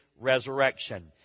resurrection